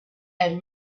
and